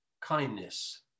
kindness